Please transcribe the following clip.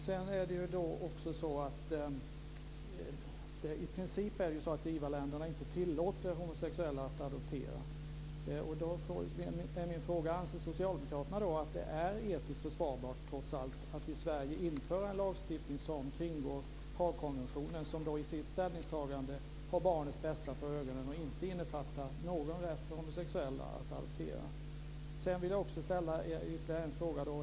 Herr talman! Givarländerna tillåter i princip inte homosexuella att adoptera. Då är min fråga: Anser socialdemokraterna att det trots allt är försvarbart att i Sverige införa en lagstiftning som kringgår Haagkonventionen, som i sitt ställningstagande har barnens bästa för ögonen och inte innefattar någon rätt för homosexuella att adoptera? Sedan vill jag ställa ytterligare en fråga.